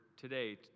today